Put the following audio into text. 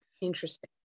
Interesting